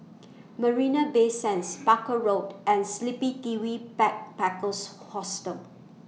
Marina Bay Sands Barker Road and The Sleepy Kiwi Backpackers Hostel